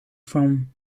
from